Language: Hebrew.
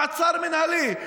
מעצר מינהלי.